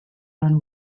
rhan